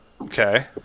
Okay